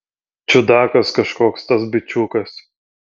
čiudakas kažkoks tas bičiukas